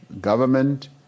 government